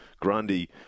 Grundy